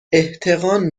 احتقان